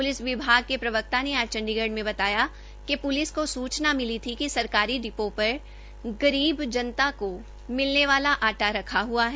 police विभाग के प्रवक्ता ने आज चंडीगढ़ में बताया कि प्लिस को सूचना मिली थी कि सरकारी डिपो पर गरीब जनता को मिलने वाला आटा रखा हुआ है